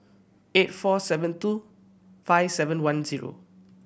eight four seven two five seven one zero